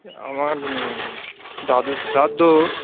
আমার দাদুর শ্রাদ্ধ